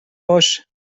باشه